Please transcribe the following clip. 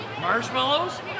Marshmallows